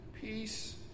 peace